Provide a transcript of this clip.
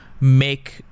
make